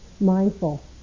mindful